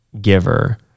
giver